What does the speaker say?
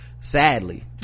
sadly